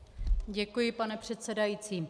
Děkuji, pane předsedající.